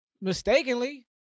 mistakenly